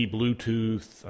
Bluetooth